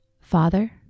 Father